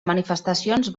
manifestacions